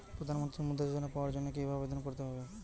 প্রধান মন্ত্রী মুদ্রা যোজনা পাওয়ার জন্য কিভাবে আবেদন করতে হবে?